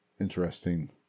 interesting